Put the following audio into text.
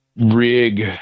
rig